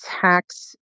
tax